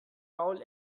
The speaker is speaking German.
maul